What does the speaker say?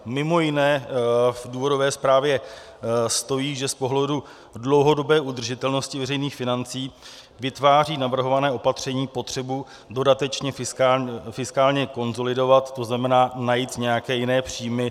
Mimo jiné v důvodové zprávě stojí, že z pohledu dlouhodobé udržitelnosti veřejných financí vytváří navrhované opatření potřebu dodatečně fiskálně konsolidovat, to znamená najít nějaké jiné příjmy.